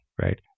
right